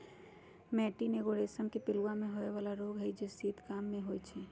मैटीन एगो रेशम के पिलूआ में होय बला रोग हई जे शीत काममे होइ छइ